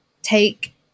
Take